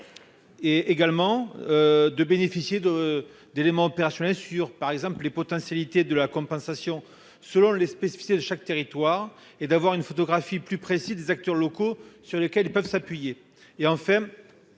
Et également. De bénéficier de d'éléments opérationnels sur par exemple les potentialités de la compensation selon les spécificités de chaque territoire et d'avoir une photographie plus précise des acteurs locaux sur lesquels ils peuvent s'appuyer